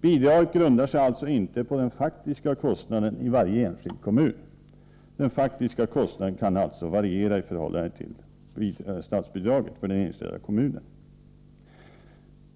Bidraget grundar sig alltså inte på den faktiska kostnaden i varje enskild kommun. Den faktiska kostnaden kan alltså variera i förhållande till statsbidraget.